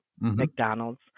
McDonald's